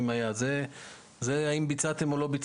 זה האם ביצעתם או לא.